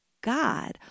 God